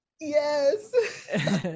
Yes